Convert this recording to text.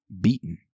beaten